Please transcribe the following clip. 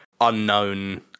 unknown